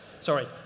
sorry